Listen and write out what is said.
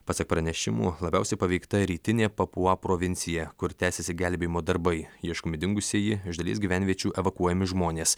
pasak pranešimų labiausiai paveikta rytinė papua provincija kur tęsiasi gelbėjimo darbai ieškomi dingusieji iš dalies gyvenviečių evakuojami žmonės